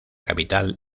capital